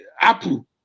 Apple